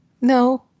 No